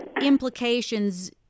implications